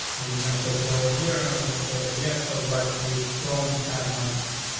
i'm just gonna click it over here, and i'm gonna say that? yes, i would like to use chrome as my default,